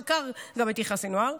הוא גם לא חקר את יחיא סנוואר,